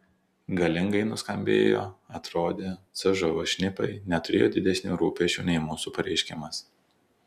galingai nuskambėjo atrodė cžv šnipai neturėjo didesnių rūpesčių nei mūsų pareiškimas